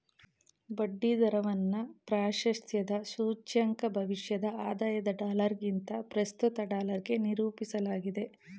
ಬಡ್ಡಿ ದರವನ್ನ ಪ್ರಾಶಸ್ತ್ಯದ ಸೂಚ್ಯಂಕ ಭವಿಷ್ಯದ ಆದಾಯದ ಡಾಲರ್ಗಿಂತ ಪ್ರಸ್ತುತ ಡಾಲರ್ಗೆ ನಿರೂಪಿಸಲಾಗಿದೆ